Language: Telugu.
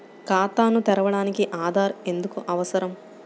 ఖాతాను తెరవడానికి ఆధార్ ఎందుకు అవసరం?